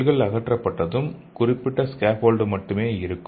செல்கள் அகற்றப்பட்டதும் குறிப்பிட்ட ஸ்கேப்போல்டு மட்டுமே இருக்கும்